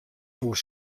oer